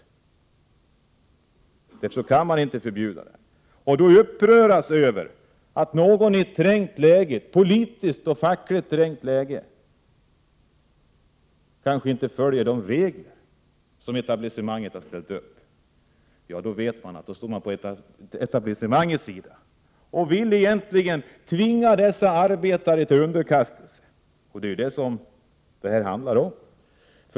Därför kan man inte ta bort strejkrätten. Upprörs man då av att någon i ett politiskt och fackligt trängt läge kanske inte följer de regler som etablissemanget har ställt upp, vet man att man står på etablissemangets sida. Då vill man egentligen tvinga dessa arbetare till underkastelse. Och det är detta det handlar om.